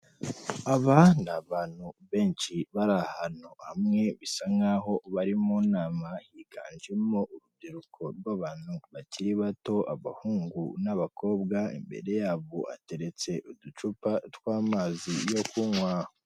Aba ni abantu benshi bari ahantu hamwe bisa nk'aho bari mu nama, higanjemo urubyiruko rw'abantu bakiri bato abahungu n'abakobwa, imbere yabo hateretse uducupa twa amazi yo kunywa.